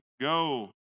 go